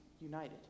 united